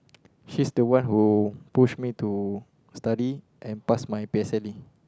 she's the one who push me to study and pass my p_s_l_e